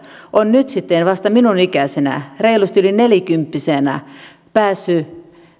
on nyt sitten vasta minun ikäisenäni reilusti yli nelikymppisenä päässyt